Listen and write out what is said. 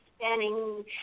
spanning